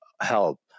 help